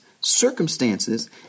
circumstances